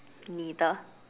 neither